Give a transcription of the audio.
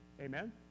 Amen